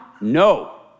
No